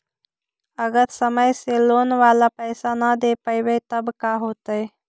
अगर समय से लोन बाला पैसा न दे पईबै तब का होतै?